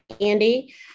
Andy